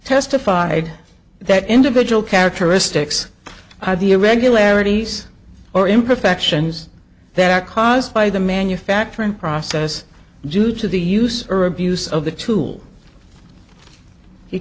testified that individual characteristics have the irregularities or imperfections that are caused by the manufacturing process due to the use or abuse of the tool he